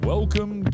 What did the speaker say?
Welcome